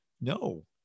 no